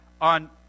on